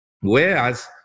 whereas